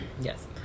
Yes